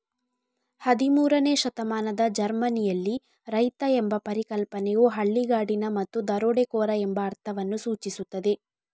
ಹದಿಮೂರನೇ ಶತಮಾನದ ಜರ್ಮನಿಯಲ್ಲಿ, ರೈತ ಎಂಬ ಪರಿಕಲ್ಪನೆಯು ಹಳ್ಳಿಗಾಡಿನ ಮತ್ತು ದರೋಡೆಕೋರ ಎಂಬ ಅರ್ಥವನ್ನು ಸೂಚಿಸುತ್ತದೆ